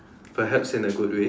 perhaps in a good way